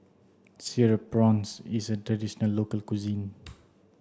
cereal prawns is a traditional local cuisine